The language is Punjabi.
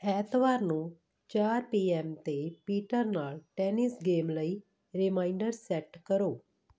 ਐਤਵਾਰ ਨੂੰ ਚਾਰ ਪੀ ਐੱਮ 'ਤੇ ਪੀਟਰ ਨਾਲ ਟੈਨਿਸ ਗੇਮ ਲਈ ਰੀਮਾਈਂਡਰ ਸੈੱਟ ਕਰੋ